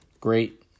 Great